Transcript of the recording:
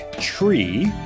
tree